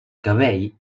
cabell